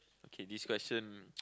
okay this question